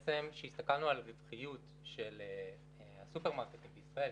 הסתכלנו על איזה ציוד של הסופרמרקטים בישראל,